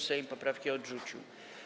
Sejm poprawki odrzucił.